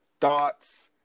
thoughts